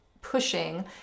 pushing